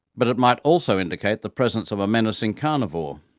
but it might also indicate the presence of a menacing carnivore.